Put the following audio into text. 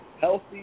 healthy